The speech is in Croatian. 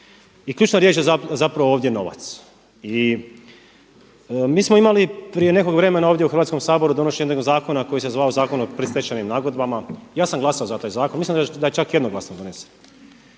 I ključna riječ je zapravo ovdje novac i mi smo imali prije nekog vremena ovdje u Hrvatskom saboru donošenje jednog zakona koji se zvao Zakon o predstečajnim nagodbama. Ja sam glasao za taj zakon. Mislim da je čak jednoglasno donesen.